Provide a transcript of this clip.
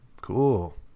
Cool